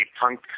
punk